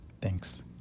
Thanks